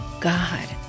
god